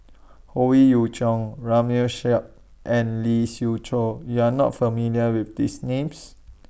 Howe Yoon Chong Ramli and Lee Siew Choh YOU Are not familiar with These Names